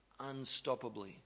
unstoppably